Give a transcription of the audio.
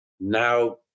Now